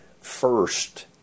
first